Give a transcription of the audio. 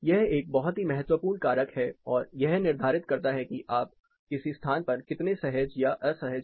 यह एक बहुत ही महत्वपूर्ण कारक है और यह निर्धारित करना है कि आप किसी स्थान पर कितने सहज या असहज हैं